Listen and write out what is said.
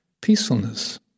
peacefulness